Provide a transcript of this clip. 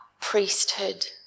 priesthood